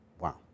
Wow